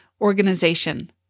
organization